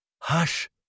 Hush